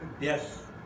Yes